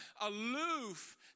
aloof